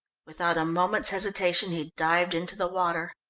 without a moment's hesitation he dived into the water.